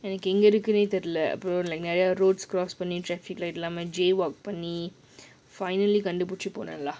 எங்க இருக்குனே தெரியல:enga irukkunae theriyala mcnair road's cross பண்ணி:panni traffic light பண்ணி:panni jaywalk பண்ணி:panni finally கண்டு பிடிச்சி போனேன்லா:kandu pidichi ponaenla